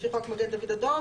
לפי חוק מגן דוד אדום,